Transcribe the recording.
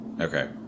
Okay